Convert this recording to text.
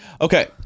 Okay